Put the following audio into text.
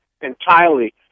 entirely